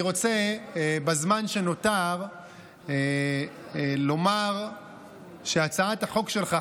אני רוצה בזמן שנותר לומר שהצעת החוק שלך,